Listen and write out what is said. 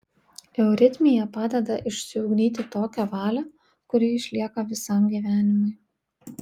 euritmija padeda išsiugdyti tokią valią kuri išlieka visam gyvenimui